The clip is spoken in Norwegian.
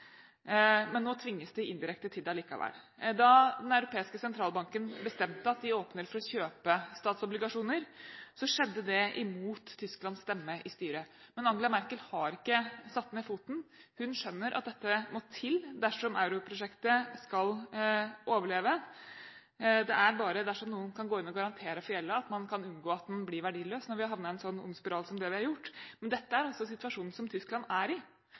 men nå tvinges de indirekte til det allikevel. Da den europeiske sentralbanken bestemte at de åpner for å kjøpe statsobligasjoner, skjedde det imot Tysklands stemme i styret. Men Angela Merkel har ikke satt ned foten. Hun skjønner at dette må til dersom europrosjektet skal overleve. Det er bare dersom noen kan gå inn og garantere for gjelda, at man kan unngå at den blir verdiløs når vi har havnet i en sånn ond spiral som vi har gjort. Men dette er altså situasjonen som Tyskland er i.